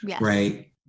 right